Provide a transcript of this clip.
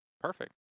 Perfect